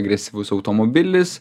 agresyvus automobilis